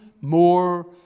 more